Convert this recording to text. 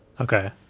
Okay